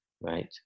right